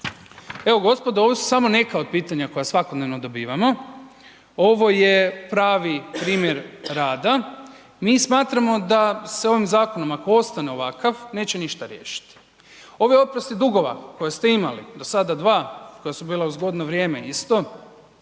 Evo gospodo, ovo su samo neka od pitanja koja svakodnevno dobivamo, ovo je pravi primjer rada. Mi smatramo da se ovim zakonom ako ostane ovakav neće ništa riješiti. Ovi oprosti dugova koje ste imali, do sada dva koja su bila u zgodno vrijeme isto,